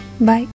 bye